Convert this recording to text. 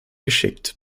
geschickt